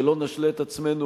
שלא נשלה את עצמנו,